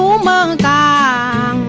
among da